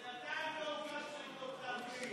בינתיים לא הוגש נגדו כתב אישום.